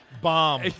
Bomb